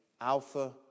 Alpha